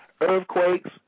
earthquakes